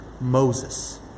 Moses